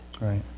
Right